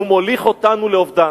הוא מוליך אותנו לאובדן.